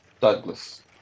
Douglas